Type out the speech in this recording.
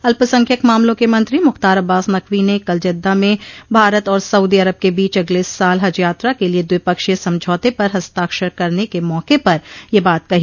अल्पसंख्यक मामलों के मंत्री मुख्तार अब्बअास नकवी ने कल जेद्दाह में भारत और सऊदी अरब के बीच अगले साल हज यात्रा के लिए द्विपक्षीय समझौते पर हस्ताक्षर करने के मौके पर यह बात कही